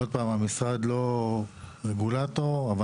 המשרד לא רגולטור בעניין הזה,